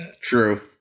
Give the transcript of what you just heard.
true